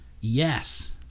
yes